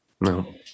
No